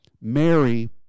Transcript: Mary